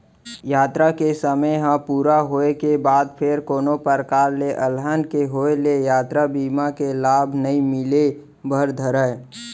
यातरा के समे ह पूरा होय के बाद फेर कोनो परकार ले अलहन के होय ले यातरा बीमा के लाभ नइ मिले बर धरय